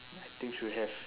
I think should have